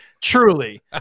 Truly